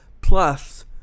Plus